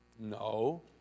No